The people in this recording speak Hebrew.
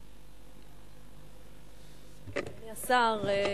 אדוני השר,